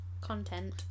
Content